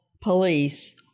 police